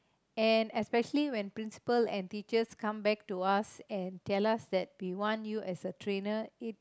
and especially when principal and teachers come back to us and tell us that we want you as a trainer it's